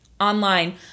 online